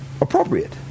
Appropriate